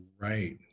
Right